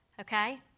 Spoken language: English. Okay